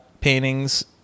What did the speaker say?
paintings